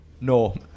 No